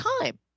time